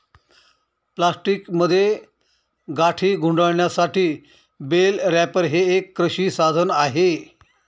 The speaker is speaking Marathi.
प्लास्टिकमध्ये गाठी गुंडाळण्यासाठी बेल रॅपर हे एक कृषी साधन आहे